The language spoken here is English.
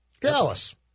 Dallas